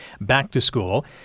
back-to-school